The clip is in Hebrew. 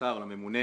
לשר הממונה